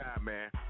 man